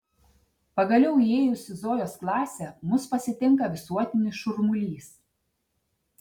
pagaliau įėjus į zojos klasę mus pasitinka visuotinis šurmulys